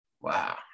Wow